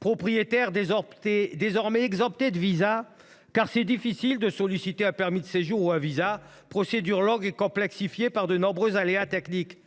propriétaires anglais, désormais exemptés de visa, car il est difficile de solliciter un permis de séjour ou un visa, une procédure longue et complexifiée par de nombreux aléas techniques.